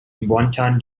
wanton